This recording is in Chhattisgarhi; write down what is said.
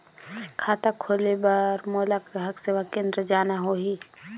खाता खोले बार मोला ग्राहक सेवा केंद्र जाना होही?